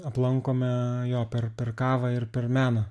aplankome jo per per kavą ir per meną